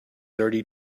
thirty